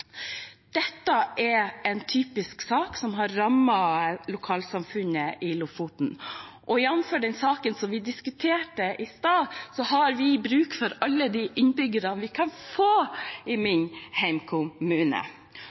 Dette er en typisk sak som har rammet lokalsamfunnet i Lofoten, og jamfør den saken som vi diskuterte i stad, har vi bruk for alle de innbyggerne vi kan få i